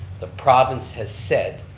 the province has said,